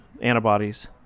antibodies